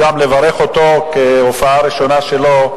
והוא משכיר אותה ומזה הוא חי.